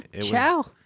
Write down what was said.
Ciao